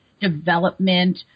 development